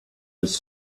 was